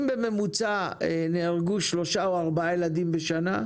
בממוצע נהרגו שלושה או ארבעה ילדים בשנה,